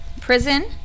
Prison